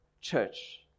church